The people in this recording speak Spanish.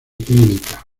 clínicas